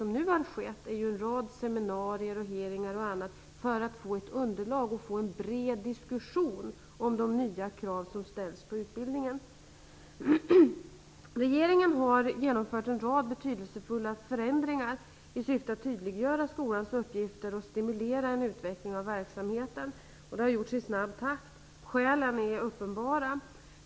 Man har haft en rad seminarier, hearingar m.m. för att få ett underlag och en bred diskussion om de nya krav som ställs på utbildningen. Regeringen har genomfört en rad betydelsefulla förändringar i syfte att tydliggöra skolans uppgifter och stimulera till en utveckling av verksamheten. Det har gjorts i snabb takt. Skälen är uppenbara.